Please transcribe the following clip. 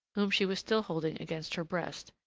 whom she was still holding against her breast,